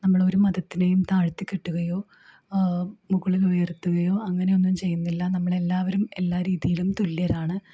നമ്മൾ ഒരു മതത്തിനെയും താഴ്ത്തിക്കെട്ടുകയോ മുകളിൽ ഉയർത്തുകയോ അങ്ങനെയൊന്നും ചെയ്യുന്നില്ല നമ്മൾ എല്ലാവരും എല്ലാ രീതിയിലും തുല്യരാണ്